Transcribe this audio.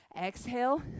exhale